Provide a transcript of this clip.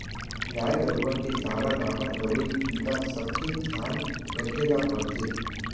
गाय गरूवा के चारा दाना, दवई, टीका सबके धियान रखे ल परथे